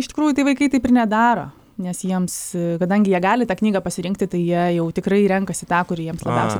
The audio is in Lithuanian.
iš tikrųjų tai vaikai taip ir nedaro nes jiems kadangi jie gali tą knygą pasirinkti tai jie jau tikrai renkasi tą kuri jiems labiausiai prie širdies